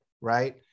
right